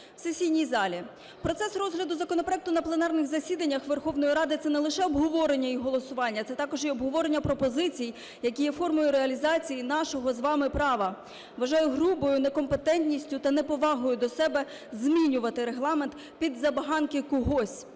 в сесійний залі. Процес розгляду законопроекту на пленарних засіданнях Верховної Ради – це не лише обговорення і голосування, це також і обговорення пропозицій, які є формою реалізації нашого з вами права. Вважаю грубою некомпетентністю та неповагою до себе змінювати Регламент під забаганки когось